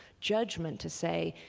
judgment to say,